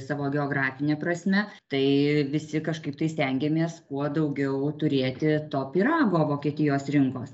savo geografine prasme tai visi kažkaip tai stengiamės kuo daugiau turėti to pyrago vokietijos rinkos